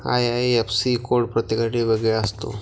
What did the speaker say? IIFC code प्रत्येकासाठी वेगळा असतो